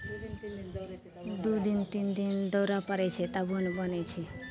दुइ दिन तीन दिन दौड़ै पड़ै छै तभिओ नहि बनै छै